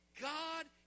God